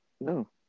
no